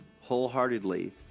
wholeheartedly